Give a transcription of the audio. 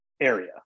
area